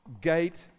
gate